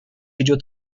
идет